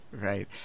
Right